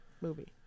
movie